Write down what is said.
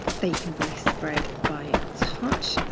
they can be spread by touch,